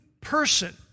person